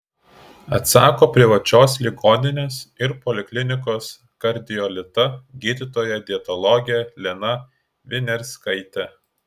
atsako privačios ligoninės ir poliklinikos kardiolita gydytoja dietologė lina viniarskaitė